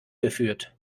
geführt